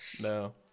no